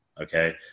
Okay